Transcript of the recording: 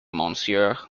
monsieur